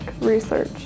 research